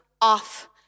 off